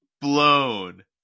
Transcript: blown